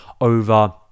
over